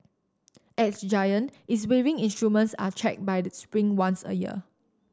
at Giant its weighing instruments are checked by spring once a year